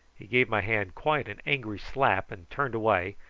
he gave my hand quite an angry slap and turned away,